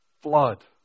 flood